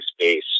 space